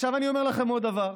אני אומר לכם עוד דבר.